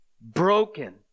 broken